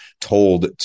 told